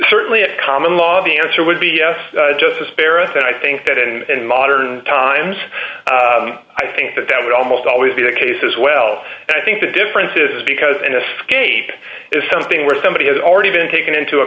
certainly a common law the answer would be yes justice paris and i think that in modern times i think that that would almost always be the case as well and i think the difference is because in a scape is something where somebody has already been taken into a